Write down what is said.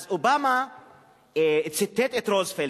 אז אובמה ציטט את רוזוולט,